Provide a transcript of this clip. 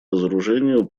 разоружению